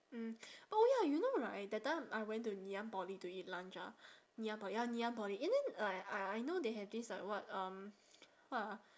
mm oh ya you know right that time I went to ngee-ann poly to lunch ah ngee-ann poly ya ngee-ann poly and then like I I know they have this like what um what ah